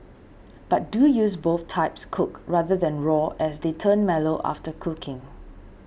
but do use both types cooked rather than raw as they turn mellow after cooking